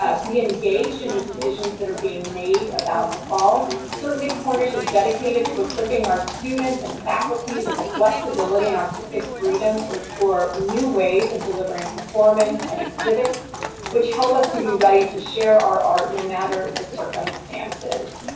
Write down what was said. ah be engaged in and the decisions that are being made about the fall. certainly cornish is dedicated to equipping our students and faculty with the flexibility and artistic freedom to explore new ways of delivering performance and exhibits which help us to be ready to share our art no matter the circumstances.